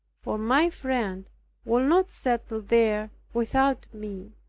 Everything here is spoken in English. for my friend would not settle there without me.